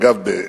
אגב,